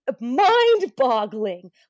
Mind-boggling